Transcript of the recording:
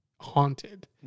haunted